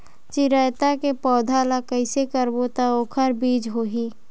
चिरैता के पौधा ल कइसे करबो त ओखर बीज होई?